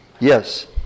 Yes